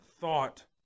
thought